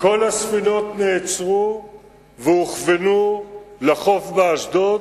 כל הספינות נעצרו והוכוונו לחוף באשדוד.